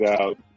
out